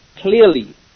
clearly